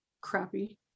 crappy